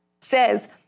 says